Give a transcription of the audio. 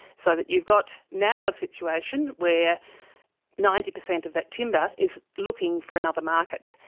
so that you've got now a situation where ninety percent of that timber is looking for another market.